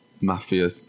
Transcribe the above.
Mafia